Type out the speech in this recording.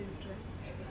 interest